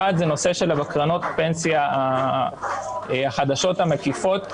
אחת זה הנושא של קרנות הפנסיה החדשות המקיפות,